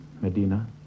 medina